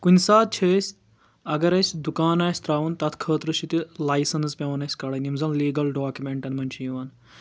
کُنہِ ساتہٕ چھِ أسۍ اگر أسۍ دُکان آسہِ ترٛاوُن تَتھ خٲطرٕ چھِ تہِ لایسَنٕز پؠوان اَسہِ کَڑٕنۍ یِم زَن لیٖگل ڈاکمنٹن منٛز چھِ یِوان